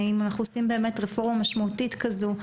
אם אנחנו עושים רפורמה משמעותית שכזו,